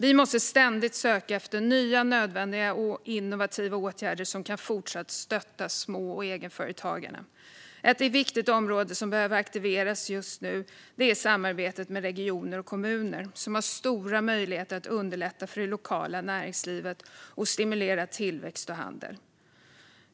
Vi måste ständigt söka efter nya, nödvändiga och innovativa åtgärder som kan stötta små och egenföretagarna. Ett viktigt område som behöver aktiveras just nu är samarbetet med regioner och kommuner, som har stora möjligheter att underlätta för det lokala näringslivet och stimulera tillväxt och handel.